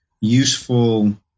useful